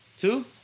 Two